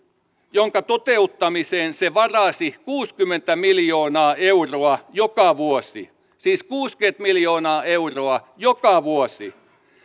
jonka toteuttamiseen se varasi kuusikymmentä miljoonaa euroa joka vuosi siis kuusikymmentä miljoonaa euroa joka vuosi